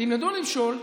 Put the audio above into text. תלמדו למשול,